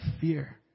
fear